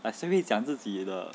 like 谁讲自己的